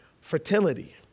Fertility